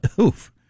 oof